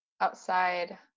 outside